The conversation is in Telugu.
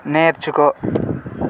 నేర్చుకో